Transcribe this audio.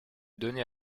données